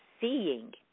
seeing